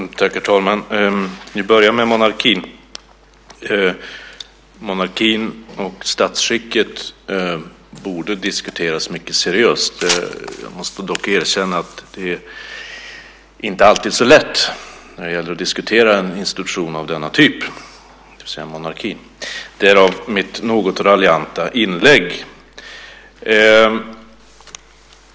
Herr talman! Jag ska börja med monarkin. Monarkin och statsskicket borde diskuteras mycket seriöst. Jag måste dock erkänna att det inte alltid är så lätt att diskutera en institution av denna typ, det vill säga monarkin. Därav mitt något raljanta inlägg.